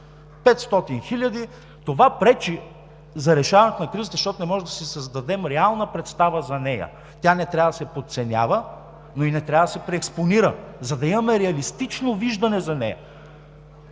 500 хиляди. Това пречи за решаването на кризата, защото не може да си създадем реална представа за нея. Тя не трябва да се подценява, но и не трябва да се преекспонира, за да имаме реалистично виждане за нея.